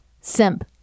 simp